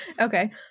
Okay